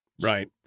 right